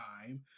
time